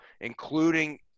including